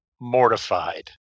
mortified